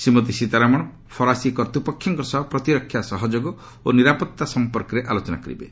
ଶ୍ରୀମତୀ ସୀତାରମଣ ଫରାସୀ କର୍ତ୍ତୃପକ୍ଷଙ୍କ ସହ ପ୍ରତିରକ୍ଷା ସହଯୋଗ ଓ ନିରାପତ୍ତା ସଂପର୍କରେ ଆଲୋଚନା କରିବେ